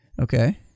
Okay